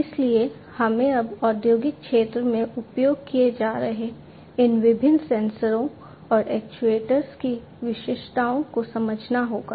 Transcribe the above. इसलिए हमें अब औद्योगिक क्षेत्र में उपयोग किए जा रहे इन विभिन्न सेंसरों और एक्ट्यूएटर्स की विशिष्टताओं को समझना होगा